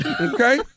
Okay